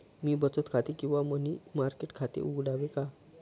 मी बचत खाते किंवा मनी मार्केट खाते उघडावे का?